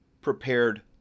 prepared